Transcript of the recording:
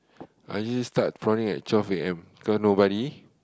I usually start prawning at twelve A_M because nobody